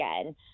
again